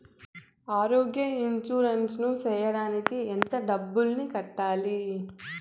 ఆరోగ్య ఇన్సూరెన్సు సేయడానికి ఎంత డబ్బుని కట్టాలి?